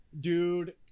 dude